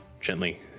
gently